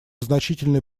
значительный